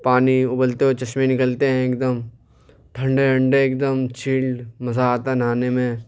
پانی ابلتے ہوئے چشمے نکلتے ہیں ایک دم ٹھنڈے انڈے ایک دم چلڈ مزہ آتا ہے نہانے میں